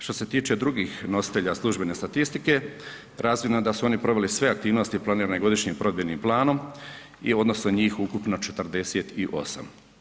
Što se tiče drugih nositelja službene statistike, razvidno je da su oni proveli sve aktivnosti planirane Godišnjim provedbenim planom i odnosno njih ukupno 48.